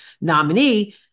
nominee